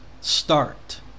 start